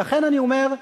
ולכן אני אומר: